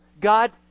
God